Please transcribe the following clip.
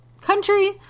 country